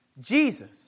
Jesus